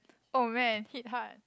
oh man hit hard